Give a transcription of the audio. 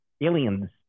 Aliens